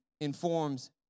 informs